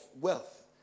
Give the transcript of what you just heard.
wealth